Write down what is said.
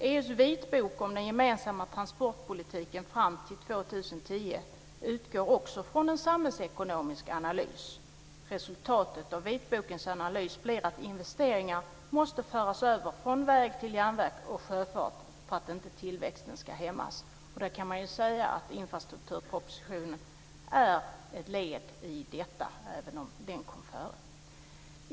EU:s vitbok om den gemensamma transportpolitiken fram till 2010 utgår också från en samhällsekonomisk analys. Resultatet av vitbokens analys blir att investeringar måste föras över från väg till järnväg och sjöfart för att inte tillväxten ska hämmas. Då kan man ju säga att infrastrukturpropositionen är ett led i detta, även om den kom före.